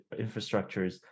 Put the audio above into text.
infrastructures